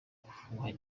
gufuha